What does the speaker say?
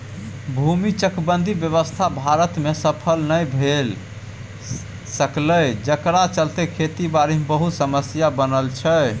भूमि चकबंदी व्यवस्था भारत में सफल नइ भए सकलै जकरा चलते खेती बारी मे बहुते समस्या बनल छै